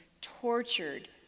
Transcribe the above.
tortured